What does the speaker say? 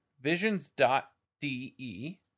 visions.de